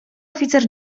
oficer